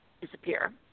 disappear